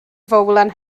fowler